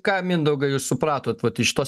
ką mindaugai jūs supratot vat iš šitos